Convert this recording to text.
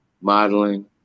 modeling